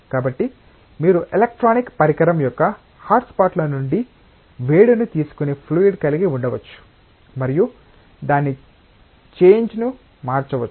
కాబట్టి మీరు ఎలక్ట్రానిక్ పరికరం యొక్క హాట్స్పాట్ల నుండి వేడిని తీసుకునే ఫ్లూయిడ్ కలిగి ఉండవచ్చు మరియు దాని చేంజ్ను మార్చవచ్చు